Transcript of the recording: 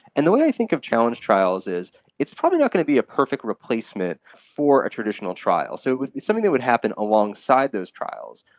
and the way i think of challenge trials is it's probably not going to be a perfect replacement for a traditional trial. so but it's something that would happen alongside those trials.